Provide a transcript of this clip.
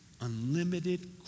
Unlimited